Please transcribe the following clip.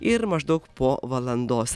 ir maždaug po valandos